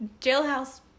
jailhouse